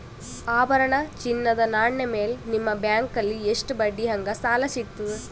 ಆಭರಣ, ಚಿನ್ನದ ನಾಣ್ಯ ಮೇಲ್ ನಿಮ್ಮ ಬ್ಯಾಂಕಲ್ಲಿ ಎಷ್ಟ ಬಡ್ಡಿ ಹಂಗ ಸಾಲ ಸಿಗತದ?